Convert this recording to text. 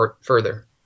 further